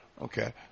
Okay